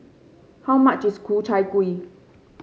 how much is Ku Chai Kueh